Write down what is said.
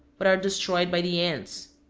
but are destroyed by the ants.